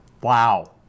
wow